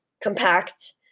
compact